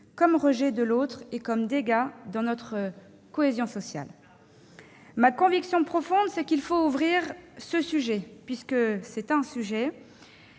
comme rejet de l'autre et comme dégâts pour notre cohésion sociale. Ma conviction profonde, c'est qu'il faut ouvrir ce sujet à tous nos